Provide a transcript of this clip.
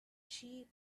cheap